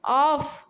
off